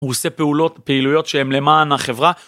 הוא עושה פעולות פעילויות שהן למען החברה.